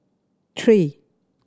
three